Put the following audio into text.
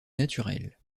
naturel